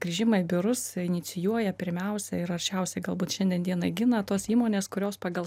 grįžimą į biurus inicijuoja pirmiausia aršiausiai galbūt šiandien dienai gina tos įmonės kurios pagal